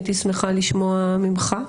הייתי שמחה לשמוע מִמְּךָ,